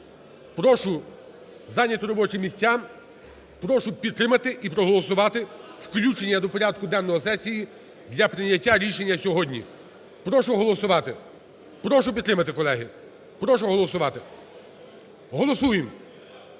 Прошу зайняти робочі місця. Прошу підтримати і проголосувати включення до порядку денного сесії для прийняття рішення сьогодні. Прошу голосувати. Прошу підтримати, колеги. Прошу голосувати. Голосуємо.